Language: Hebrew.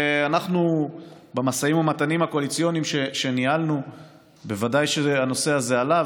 במשאים ומתנים הקואליציוניים שניהלנו בוודאי שהנושא הזה עלה,